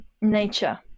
nature